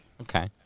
Okay